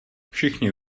všichni